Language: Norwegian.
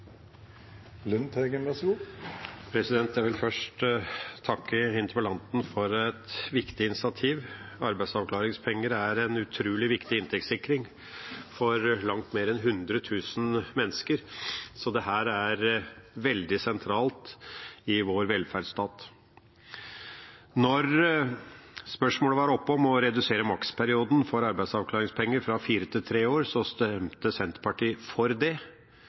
Jeg vil først takke interpellanten for et viktig initiativ. Arbeidsavklaringspenger er en utrolig viktig inntektssikring for langt mer enn 100 000 mennesker, så dette er veldig sentralt i vår velferdsstat. Da spørsmålet om å redusere maksperioden for arbeidsavklaringspenger fra fire år til tre år var oppe, stemte Senterpartiet for det.